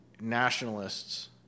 nationalists